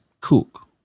cook